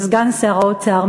סגן שר האוצר,